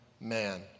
man